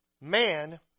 man